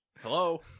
hello